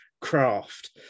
craft